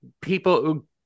people